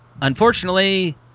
Unfortunately